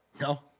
No